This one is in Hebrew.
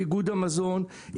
איגוד המזון,